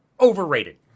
Overrated